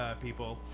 people